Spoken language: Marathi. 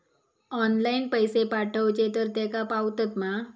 ऑनलाइन पैसे पाठवचे तर तेका पावतत मा?